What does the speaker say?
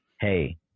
hey